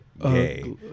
gay